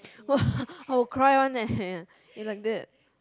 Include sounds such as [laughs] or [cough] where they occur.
[laughs] I will cry one leh if like that